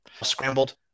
scrambled